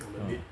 ya